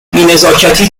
بینزاکتی